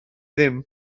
ddim